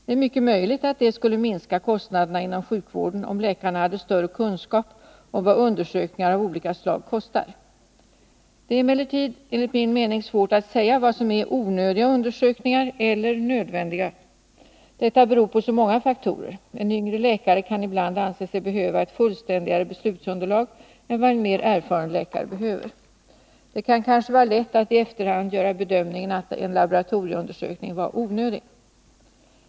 Det är mycket möjligt att det skulle minska kostnaderna inom sjukvården om läkarna hade en större kunskap om vad undersökningar av olika slag kostar. Det är emellertid enligt min mening svårt att säga vad som är ”onödiga” undersökningar eller ”nödvändiga”. Detta beror på så många faktorer. En yngre läkare kan ibland anse sig behöva ett fullständigare beslutsunderlag än vad en mer erfaren läkare behöver. Det kan kanske vara lätt att i efterhand göra bedömningen att en laboratorieundersökning var ”onödig”.